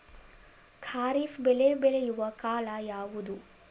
ಖಾರಿಫ್ ಬೆಳೆ ಬೆಳೆಯುವ ಕಾಲ ಯಾವುದು?